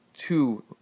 two